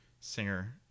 singer